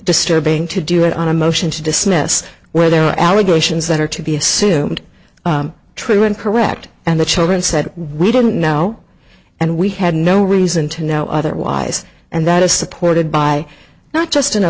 disturbing to do it on a motion to dismiss where there are allegations that are to be assumed true and correct and the children said we didn't know and we had no reason to now otherwise and that is supported by not just in a